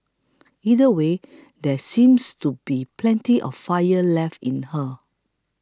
either way there seems to be plenty of fire left in her